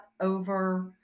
over